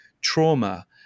trauma